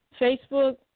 Facebook